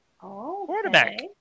quarterback